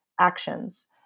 actions